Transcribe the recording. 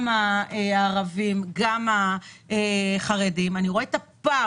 גם הערבים וגם החרדים, אני רואה את הפער